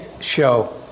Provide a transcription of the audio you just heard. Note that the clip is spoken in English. show